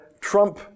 Trump